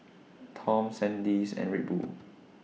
Toms Sandisk and Red Bull